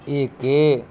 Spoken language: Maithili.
एक एक